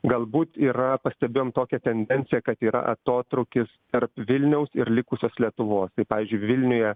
galbūt yra pastebėjom tokią tendenciją kad yra atotrūkis tarp vilniaus ir likusios lietuvos tai pavyzdžiui vilniuje